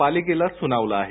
पालिकेला सुनावलं आहे